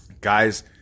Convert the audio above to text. Guys